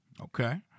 Okay